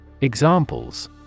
Examples